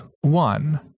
One